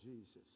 Jesus